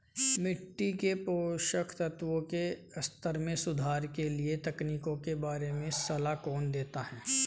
मिट्टी के पोषक तत्वों के स्तर में सुधार के लिए तकनीकों के बारे में सलाह कौन देता है?